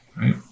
right